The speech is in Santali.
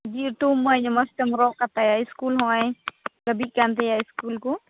ᱤᱫᱤ ᱦᱚᱴᱚ ᱟᱹᱢᱟᱹᱧ ᱢᱚᱡᱽᱛᱮᱢ ᱨᱚᱜ ᱠᱟᱛᱟᱭᱟ ᱤᱥᱠᱩᱞ ᱱᱚᱜ ᱚᱭ ᱪᱟᱵᱤᱜ ᱠᱟᱱᱛᱟᱭᱟ ᱤᱥᱠᱩᱞ ᱠᱚ